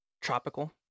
tropical